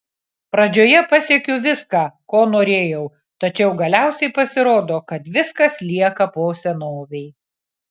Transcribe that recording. pradžioje pasiekiu viską ko norėjau tačiau galiausiai pasirodo kad viskas lieka po senovei